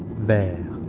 the